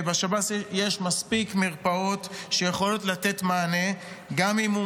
ובשב"ס יש מספיק מרפאות שיכולות לתת מענה גם אם הוא